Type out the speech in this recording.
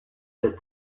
that